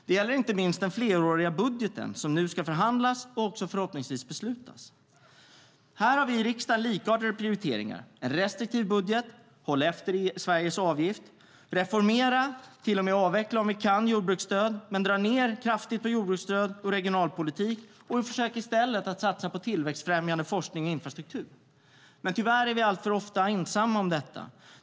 Det gäller inte minst den fleråriga budgeten, som nu ska förhandlas och förhoppningsvis även beslutas. Här har vi i riksdagen likartade prioriteringar. Vi vill ha en restriktiv budget, hålla efter Sveriges avgift, reformera och dra ned kraftigt på jordbruksstöd och regionalpolitik och till och med avveckla jordbruksstödet om vi kan. I stället vill vi försöka satsa på tillväxtfrämjande forskning och infrastruktur. Tyvärr är vi alltför ofta ensamma om detta.